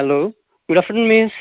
hello good afternoon miss